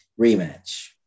Rematch